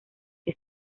que